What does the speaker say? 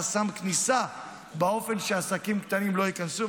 חסם כניסה באופן שעסקים קטנים לא ייכנסו.